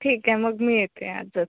ठीक आहे मग मी येते आजच